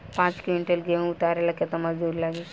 पांच किविंटल गेहूं उतारे ला केतना मजदूर लागी?